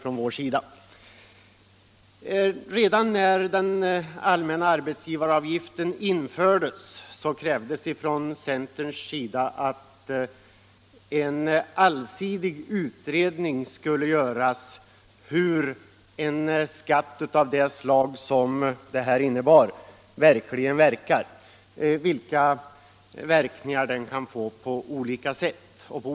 Redan när den allmänna arbetsgivaravgiften infördes krävdes från centerns sida att det skulle göras en allsidig utredning om hur en skatt av detta slag egentligen verkar på olika områden.